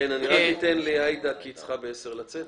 היושב ראש.